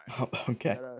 Okay